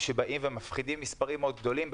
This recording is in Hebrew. שבאים ומפחידים עם מספרים מאוד גדולים,